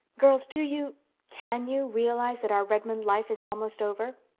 girls, do you can you realize that our redmond life is almost over?